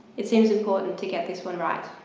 it seems important to get this one right.